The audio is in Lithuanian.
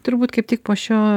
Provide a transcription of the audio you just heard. turbūt kaip tik po šio